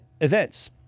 events